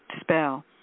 spell